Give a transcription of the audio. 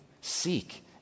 Seek